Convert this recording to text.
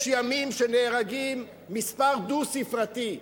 יש ימים שנהרגים מספר דו-ספרתי,